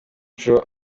joe